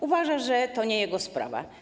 Uważa, że to nie jego sprawa.